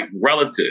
relative